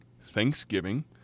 thanksgiving